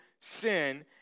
sin